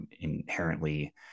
inherently